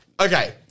Okay